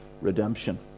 redemption